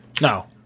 No